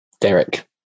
Derek